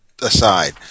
aside